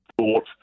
thought